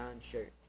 shirt